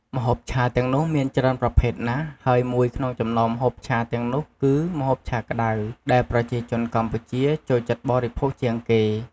ម្ហូបឆាទាំងនោះមានច្រើនប្រភេទណាស់ហើយមួយក្នុងចំណោមម្ហូបឆាទាំងនោះគឺម្ហូបឆាក្តៅដែលប្រជាជនកម្ពុជាចូលចិត្តបរិភោគជាងគេ។